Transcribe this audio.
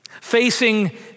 Facing